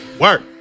work